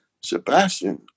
Sebastian